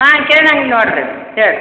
ಹಾಂ ಕಿರಣ ಹಿಂದೆ ನೋಡ್ದೇವೆ ಹೇಳಿ ರೀ